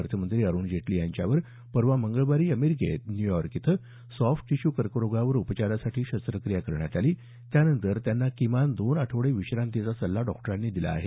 अर्थमंत्री अरुण जेटली यांच्यावर परवा मंगळवारी अमेरिकेत न्यूयॉर्क इथं सॉफ्ट टिश्यू कर्करोगावर उपचारासाठी शस्त्रक्रिया करण्यात आली त्यानंतर त्यांना किमान दोन आठवडे विश्रांतीचा सल्ला डॉक्टरांनी दिला आहे